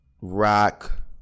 rock